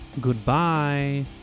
Goodbye